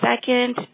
second